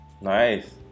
Nice